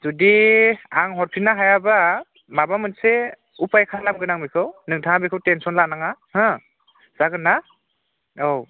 जुदि आं हरफिननो हायाब्ला माबा मोनसे उफाय खालामगोन आं बेखौ नोंथाङा बेखौ टेनसन लानाङा हो जागोन ना औ